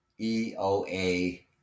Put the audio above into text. EOA